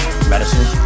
Medicine